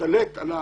משתלט או